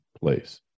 place